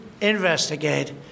investigate